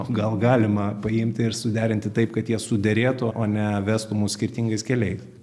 gal galima paimti ir suderinti taip kad jie suderėtų o ne vestų mus skirtingais keliais